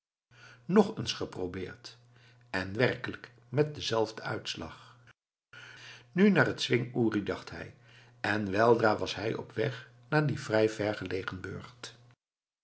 nog eens geprobeerd en werkelijk met denzelfden uitslag nu naar den zwing uri dacht hij en weldra was hij op weg naar dien vrij ver gelegen